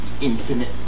infinite